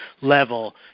level